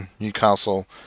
Newcastle